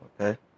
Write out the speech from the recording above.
Okay